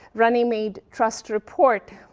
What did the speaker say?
runnymede trust report,